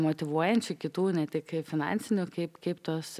motyvuojančių kitų ne tik kaip finansinių kaip kaip tuos